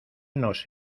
nos